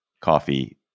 coffee